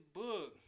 book